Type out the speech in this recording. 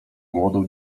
młodą